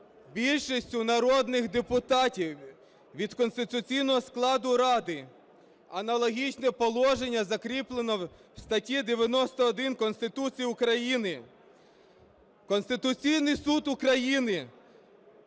більшістю народних депутатів від конституційного складу Ради. Аналогічне положення закріплено в статті 91 Конституції України. Конституційний Суд України